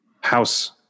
House